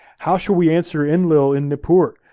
how should we answer enlil in nippur?